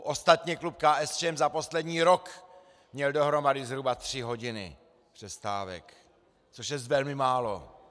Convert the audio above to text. Ostatně klub KSČM za poslední rok měl dohromady zhruba tři hodiny přestávek, což je velmi málo.